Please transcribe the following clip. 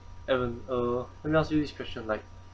evan uh let me ask you this question like